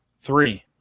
Three